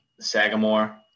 Sagamore